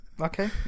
Okay